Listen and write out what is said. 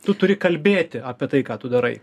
tu turi kalbėti apie tai ką tu darai